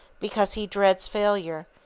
because he dreads failure,